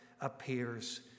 appears